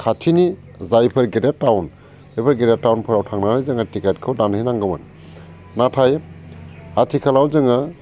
खाथिनि जायफोर गेदेद टाउन बेफोर गेदेद टाउनफोराव थांनानै जोङो टिकेटखौ दानहैनांगौमोन नाथाय आथिखालाव जोङो